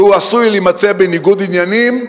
והוא עשוי להימצא בניגוד עניינים,